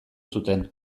zuten